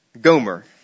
Gomer